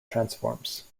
transforms